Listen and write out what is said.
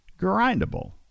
grindable